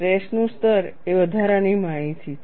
સ્ટ્રેસનું સ્તર એ વધારાની માહિતી છે